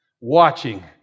watching